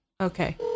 Okay